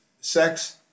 sex